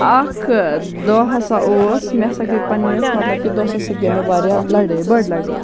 اَکھ دۄہ ہَسا اوس مےٚ ہَسا گٔے پَنٛنِس مطلب کہِ دوسَس سۭتۍ گٔے مےٚ وارِیاہ لَڑٲے بٔڑ لَڑٲے